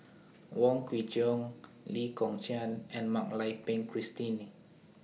Wong Kwei Cheong Lee Kong Chian and Mak Lai Peng Christine